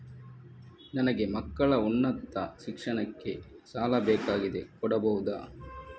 ನನಗೆ ಮಕ್ಕಳ ಉನ್ನತ ಶಿಕ್ಷಣಕ್ಕೆ ಸಾಲ ಬೇಕಾಗಿದೆ ಕೊಡಬಹುದ?